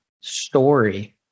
story